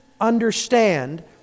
understand